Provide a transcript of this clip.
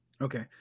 Okay